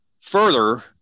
Further